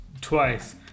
twice